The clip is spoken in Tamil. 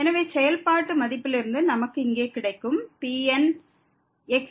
எனவே செயல்பாட்டு மதிப்பிலிருந்து நமக்கு இங்கே கிடைக்கும் Pn